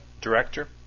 Director